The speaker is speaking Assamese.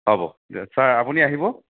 হ'ব দিয়ক ছাৰ আপুনি আহিব